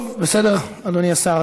טוב, בסדר, אדוני השר.